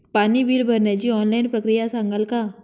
पाणी बिल भरण्याची ऑनलाईन प्रक्रिया सांगाल का?